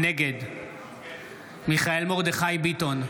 נגד מיכאל מרדכי ביטון,